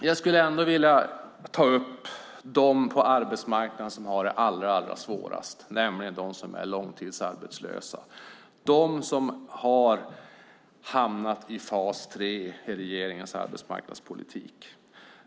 Jag skulle ändå vilja ta upp dem på arbetsmarknaden som har det allra svårast, nämligen de långtidsarbetslösa - de som har hamnat i fas 3 i regeringens arbetsmarknadspolitik.